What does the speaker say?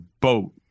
boat